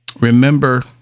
remember